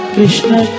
Krishna